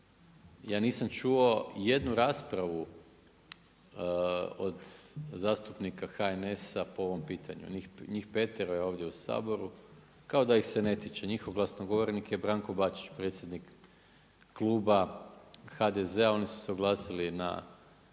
Ja nisam čuo jednu raspravu od zastupnika HNS-a po ovom pitanju. Njih petero je ovdje u Saboru. Kao da ih se ne tiče. Njihov glasnogovornik je Branko Bačić predsjednik kluba HDZ-a. Oni su se oglasili na